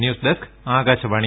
news desk Akashvani